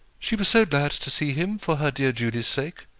she was so glad to see him, for her dear julie's sake.